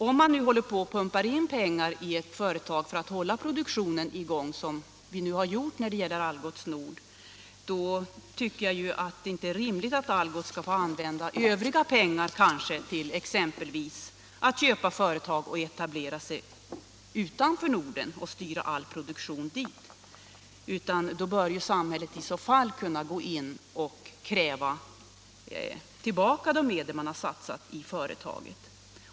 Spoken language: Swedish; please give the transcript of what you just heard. Om staten håller på att pumpa in pengar i ett företag för att hålla produktionen i gång, som vi nu har gjort när det gäller Algots Nord, är det inte rimligt att Algots kanske skall få använda övriga pengar exempelvis till att köpa företag och etablera sig utanför Norden och att styra hela sin produktion dit. I så fall bör samhället kunna gå in och kräva tillbaka de medel som satsats i företaget.